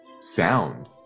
sound